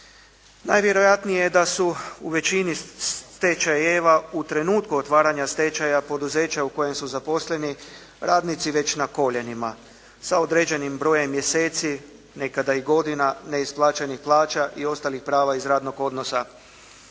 Najvjerojatnije je da su u većini stečajeva u trenutku otvaranja stečaja poduzeća u kojem su zaposleni radnici već na koljenima sa određenim brojem mjeseci nekada i godina neisplaćenih plaća i ostalih prava iz radnog odnosa